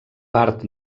part